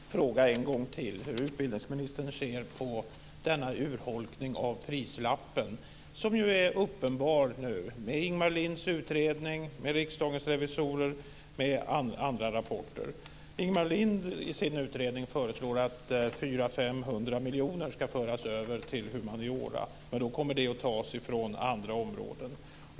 Fru talman! Jag skulle ändå vilja fråga en gång till hur utbildningsministern ser på den urholkning av prislappen som ju är uppenbar nu med Ingemar Linds utredning, med Riksdagens revisorer och med andra rapporter. Ingemar Lind förelår i sin utredning att 400-500 miljoner ska föras över till humaniora. Då kommer det att tas från andra områden.